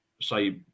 say